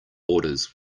orders